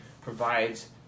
provides